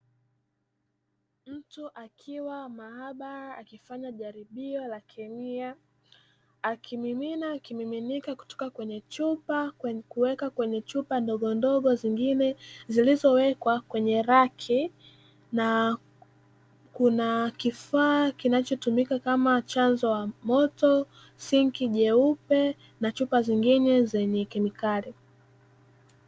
Mtu akiwa maabara akifanya jaribio la kemia, akimimina kimiminika kutoka kwenye chupa na kuweka kwenye chupa ndogondogo zingine zilizowekwa kwenye raki na kuna kifaa kinachotumika kama chanzo cha moto, sinki jeupe, na chupa zingine zenye kemikali.